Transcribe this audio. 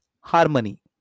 harmony